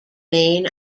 main